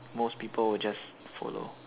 most people would just follow